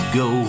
go